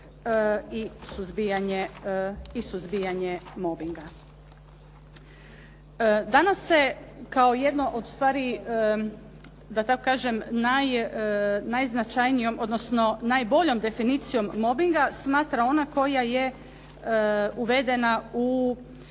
i suzbijanje mobinga. Danas se kao jedno ustvari, da tako kažem najznačajnijom, odnosno najboljom definicijom mobinga smatra ona koja je uvedena u